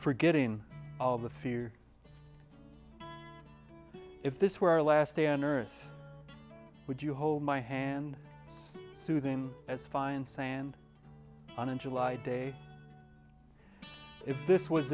forgetting all the fear if this were our last day on earth would you hold my hand soothing as fine sand on in july day if this was